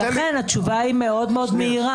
לכן התשובה מאוד מהירה,